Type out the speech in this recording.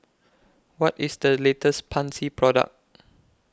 What IS The latest Pansy Product